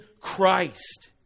Christ